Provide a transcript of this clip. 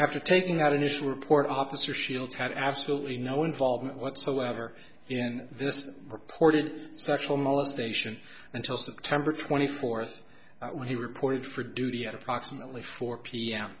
after taking out initial report officer shields had absolutely no involvement whatsoever in this reported sexual molestation until september twenty fourth when he reported for duty at approximately four pm